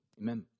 Amen